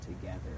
together